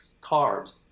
carbs